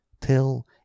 till